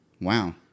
wow